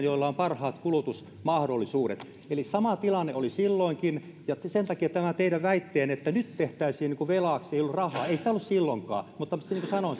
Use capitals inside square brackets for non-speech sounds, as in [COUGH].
[UNINTELLIGIBLE] joilla on parhaat kulutusmahdollisuudet eli sama tilanne oli silloinkin ja sen takia tämä teidän väitteenne että nyt tehtäisiin velaksi ei ole rahaa ei sitä ollut silloinkaan mutta niin kuin sanoin